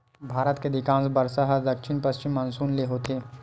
भारत के अधिकांस बरसा ह दक्छिन पस्चिम मानसून ले होथे